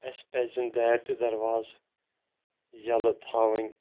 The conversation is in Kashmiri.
اسہِ پَزَن دارِ تہٕ دَرواز یَلہٕ تھاوٕنۍ